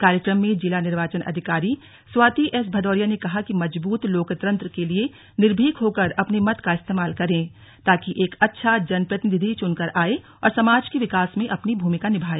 कार्यक्रम में जिला निर्वाचन अधिकारी स्वाति एस भदौरिया ने कहा कि मजबूत लोकतंत्र के लिए निर्भीक होकर अपने मत का इस्तेमाल करें ताकि एक अच्छा जनप्रतिनिधि चुनकर आए और समाज के विकास में अपनी भूमिका निभाए